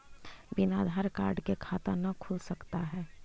बिना आधार कार्ड के खाता न खुल सकता है?